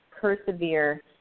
persevere